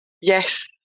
Yes